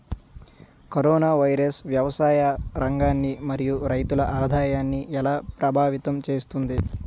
Corona virus వ్యవసాయ రంగాన్ని మరియు రైతుల ఆదాయాన్ని ఎలా ప్రభావితం చేస్తుంది?